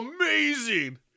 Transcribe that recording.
amazing